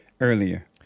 earlier